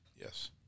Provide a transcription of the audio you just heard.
Yes